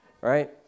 right